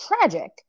tragic